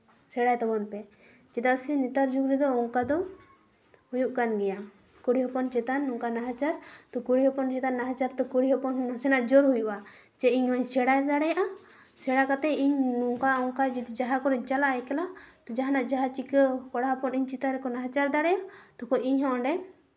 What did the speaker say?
ᱥᱮᱬᱟᱭ ᱛᱟᱵᱚᱱ ᱯᱮ ᱪᱮᱫᱟᱜ ᱥᱮ ᱱᱮᱛᱟᱨ ᱡᱩᱜᱽ ᱨᱮᱫᱚ ᱚᱱᱠᱟᱫᱚ ᱦᱩᱭᱩᱜ ᱠᱟᱱ ᱜᱮᱭᱟ ᱠᱩᱲᱤ ᱦᱚᱯᱚᱱ ᱪᱮᱛᱟᱱ ᱱᱚᱝᱠᱟᱱ ᱱᱟᱦᱟᱪᱟᱨ ᱠᱩᱲᱤ ᱦᱚᱯᱚᱱ ᱱᱟᱦᱟᱪᱟᱨ ᱫᱟᱠᱚ ᱠᱩᱲᱤ ᱦᱚᱯᱚᱱ ᱱᱟᱥᱮᱱᱟᱜ ᱡᱚᱨ ᱦᱩᱭᱩᱜᱼᱟ ᱡᱮ ᱤᱧ ᱦᱚᱸᱧ ᱥᱮᱬᱟ ᱫᱟᱲᱮᱭᱟᱜᱼᱟ ᱥᱮᱬᱟ ᱠᱟᱛᱮᱜ ᱤᱧ ᱱᱚᱝᱠᱟ ᱚᱱᱠᱟ ᱡᱩᱫᱤ ᱡᱟᱦᱟᱸ ᱠᱚᱨᱮᱜ ᱪᱟᱞᱟᱜᱼᱟ ᱮᱠᱞᱟ ᱡᱟᱦᱟᱱᱟᱜ ᱡᱟᱦᱟᱸ ᱪᱤᱠᱟᱹ ᱠᱚᱲᱟ ᱦᱚᱯᱚᱱ ᱤᱧ ᱪᱮᱛᱟᱱ ᱨᱮᱠᱚ ᱱᱟᱦᱟᱪᱟᱨ ᱫᱟᱲᱮᱭᱟᱜ ᱛᱚᱠᱷᱚᱡ ᱤᱧᱦᱚᱸ ᱚᱸᱰᱮ